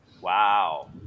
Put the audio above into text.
Wow